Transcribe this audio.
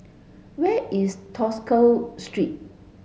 where is Tosca Street